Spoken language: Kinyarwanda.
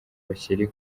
bakiri